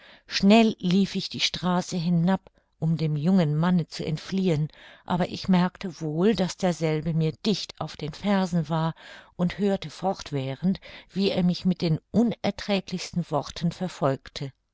schnell lief ich die straße hinab um dem jungen manne zu entfliehen aber ich merkte wohl daß derselbe mir dicht auf den fersen war und hörte fortwährend wie er mich mit den unerträglichsten worten verfolgte